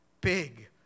Big